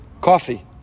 coffee